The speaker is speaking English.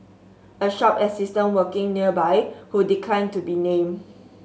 a shop assistant working nearby who declined to be named